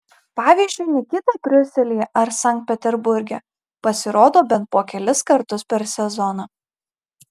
pavyzdžiui nikita briuselyje ar sankt peterburge pasirodo bent po kelis kartus per sezoną